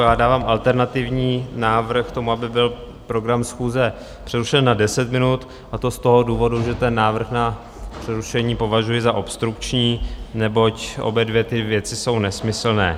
Já dávám alternativní návrh k tomu, aby byl program schůze přerušen na deset minut, a to z toho důvodu, že ten návrh na přerušení považuji za obstrukční, neboť obě dvě ty věci jsou nesmyslné.